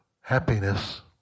happiness